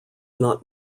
not